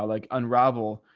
like unraveled,